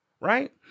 right